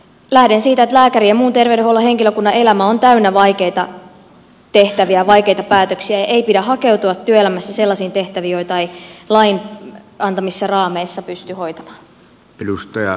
lähden siitä että lääkärien ja muun terveydenhuollon henkilökunnan elämä on täynnä vaikeita tehtäviä vaikeita päätöksiä ja ei pidä hakeutua työelämässä sellaisiin tehtäviin joita ei lain antamissa raameissa pysty hoitamaan